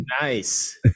nice